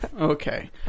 Okay